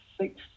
six